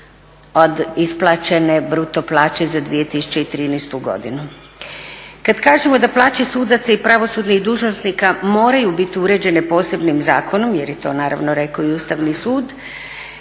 od isplaćene bruto plaće za 2013. godinu. Kad kažemo da plaće sudaca i pravosudnih dužnosnika moraju biti uređene posebnim zakonom, jer je to naravno rekao i Ustavni sud